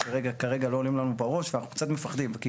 שכרגע לא עולים לנו לראש ואנחנו קצת מפחדים.